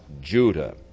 Judah